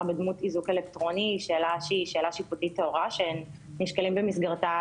בדמות איזוק אלקטרוני היא שאלה שיפוטית טהורה שנשקלים במסגרתה